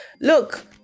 look